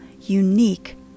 unique